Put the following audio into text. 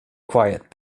quiet